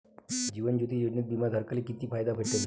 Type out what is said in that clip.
जीवन ज्योती योजनेत बिमा धारकाले किती फायदा भेटन?